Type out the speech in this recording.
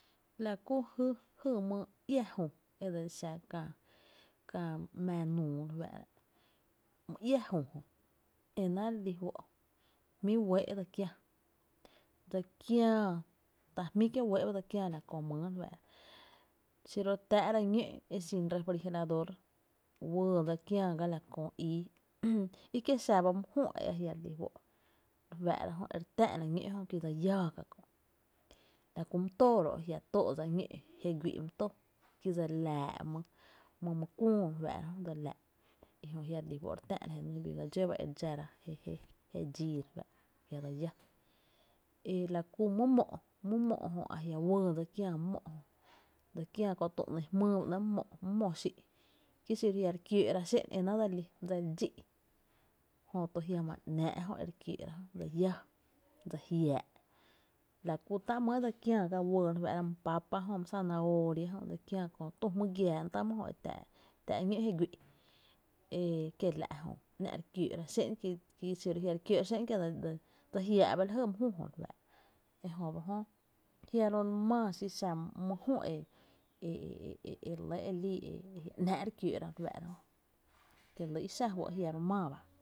La kí jy iá jü e dseli xa kää kä mⱥⱥ nuu re fáá’ra my iá jü jö e ná’ re lí fó’ jmí’ wéé’ dse kiää dse kiää ta jmí’ kié’ wee’ ba dse kiää la köö mýy re fá’ra xiro re tá’ra ñó’ e xin refrigerador wee dse kiäa ga la köö íi i kie’ xa ba mý jü e re fáá’ra jö e jia’ re lí fó’ e re tá’ra ñó’ jö ki dse iáá ka kö’ la ku my tóo ro’ jia’ tóó’ dsa ñó’ je güi’ my tóo ki dse li laa’ my kuöö re fáá’ra jö dse laaa’ i jö jia’ re lí fó’ re tá’ra je nyy bii ga dxó ba e re dxára jé je dxíi re fá’ra jia’ dse iáá e la ku my mó’ a jia’ wee dse kiää my mó’ jö dse kiää’ kö tü ‘ni jmýy ba ‘nɇɇ’ my mó’ xi’ ki xiro jia’ re kiö¨’ra xén’n dse li dxí’, jö to jiama ‘náá’ jö e re kió’ra jö dse lláa dse jiáá’ la kú tá’ mý e dse kiää ga wee my pápa jö my zanahoria jö dse kiáá kö tü jmi giaa ‘nɇɇ’ e tⱥⱥ’ ñó’ je güi’ e kiela’ jö ‘ná’ re kióó’ra xen’n ki xiro jia’ re kióó’ra xé’n kie’ dse jiáá’ ba jy my jü jö e jö ba jö, jiaro’ maa xi xá my jü e e e re lɇ e lii e jia’ ‘naá´’ re kióó’ra re fáá’ra jö kie lý í’ xá fɇ’ kie’ jiamaa ba.